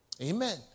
Amen